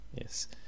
yes